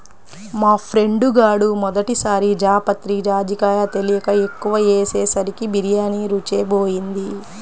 మా ఫ్రెండు గాడు మొదటి సారి జాపత్రి, జాజికాయ తెలియక ఎక్కువ ఏసేసరికి బిర్యానీ రుచే బోయింది